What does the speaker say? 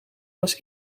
was